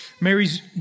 Mary's